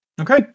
Okay